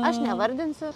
aš nevardinsiu